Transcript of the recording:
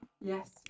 yes